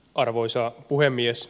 arvoisa puhemies